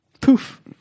Poof